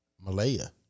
Malaya